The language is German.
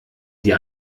die